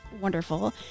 wonderful